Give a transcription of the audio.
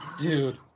dude